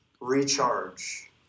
recharge